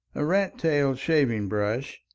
a rat-tailed shaving brush,